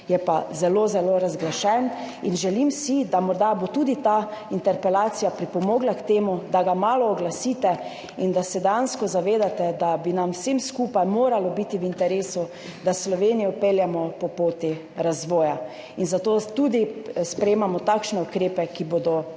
zelo, zelo razglašen. Želim si, da bi morda tudi ta interpelacija pripomogla k temu, da ga malo uglasite in da se dejansko zavedate, da bi nam vsem skupaj moralo biti v interesu, da Slovenijo peljemo po poti razvoja in zato tudi sprejemamo takšne ukrepe, ki bodo